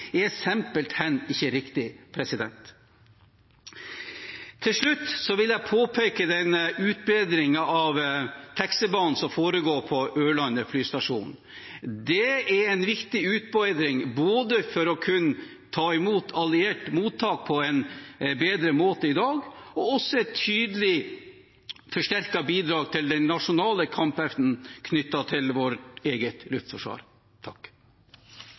ikke riktig. Til slutt vil jeg påpeke utbedringen av taksebanen som foregår på Ørland flystasjon. Det er en viktig utbedring for å kunne ta imot alliert mottak på en bedre måte enn i dag, og også et tydelig forsterket bidrag til den nasjonale kampevnen knyttet til vårt eget luftforsvar.